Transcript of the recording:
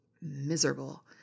miserable